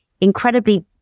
incredibly